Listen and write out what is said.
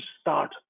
start